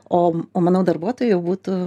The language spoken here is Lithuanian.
o o manau darbuotojui būtų